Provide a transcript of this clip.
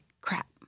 crap